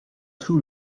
too